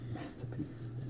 masterpiece